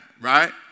right